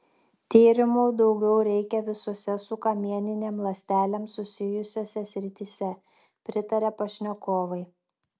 tyrimų daugiau reikia visose su kamieninėm ląstelėm susijusiose srityse pritaria pašnekovai